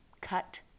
cut